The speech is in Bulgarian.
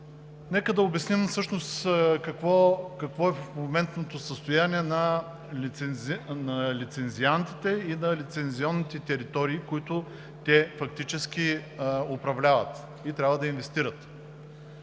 Нека обясним какво е моментното състояние на лицензиантите и на лицензионните територии, които те фактически управляват и трябва да инвестират.